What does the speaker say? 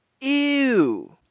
Ew